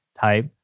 type